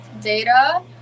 data